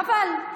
חבל.